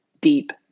deep